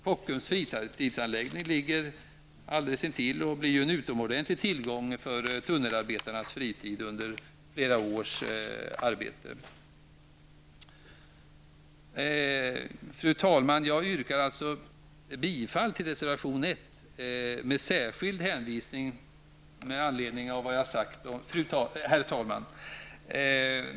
Kockums fritidsanläggning ligger alldeles intill och blir en utomordentlig tillgång för tunnelarbetarna på deras fritid under flera års arbete. Herr talman!